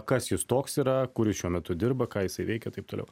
kas jis toks yra kur jis šiuo metu dirba ką jisai veikia taip toliau